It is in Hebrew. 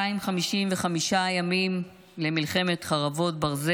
משטרה ששולחת מאות יס"מניקים לקפלן במקום לעיר לוד,